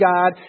God